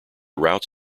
routes